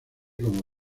como